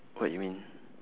what you mean